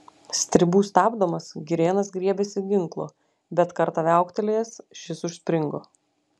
stribų stabdomas girėnas griebėsi ginklo bet kartą viauktelėjęs šis užspringo